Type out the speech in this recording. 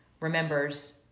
remembers